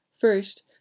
First